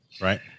Right